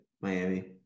Miami